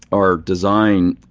our design,